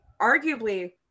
arguably